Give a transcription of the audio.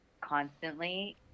constantly